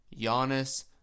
Giannis